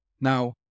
Now